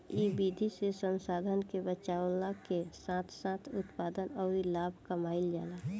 इ विधि से संसाधन के बचावला के साथ साथ उत्पादन अउरी लाभ कमाईल जाला